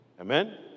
Amen